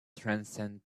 transcend